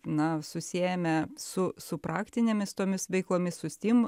na susiėmę su su praktinėmis tomis veiklomis su steam